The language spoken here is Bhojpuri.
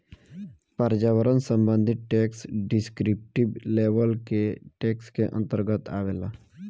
पर्यावरण संबंधी टैक्स डिस्क्रिप्टिव लेवल के टैक्स के अंतर्गत आवेला